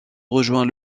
rejoint